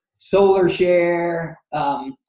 SolarShare